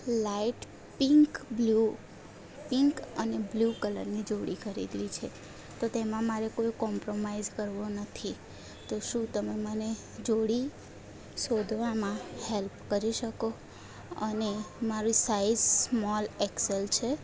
light pink blue pink અને blue કલરની જોડી ખરીદવી છે તો તેમાં મારે કોઈ કોમ્પ્રોમાઇઝ કરવું નથી તો શું તમે મને જોડી શોધવામાં હેલ્પ કરી શકો અને મારું સાઈઝ સ્મોલ એક્સેલ છે